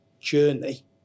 journey